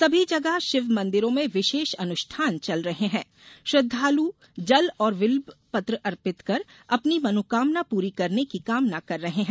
सभी जगह षिव मंदिरों में विषेष अनुष्ठान चल रहे है श्रद्धालू जल और विल्ब पत्र अर्पित कर अपनी मनोकामना पूरी करने की कामना कर रहे है